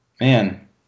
Man